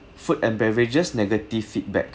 food and beverages negative feedback